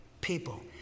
People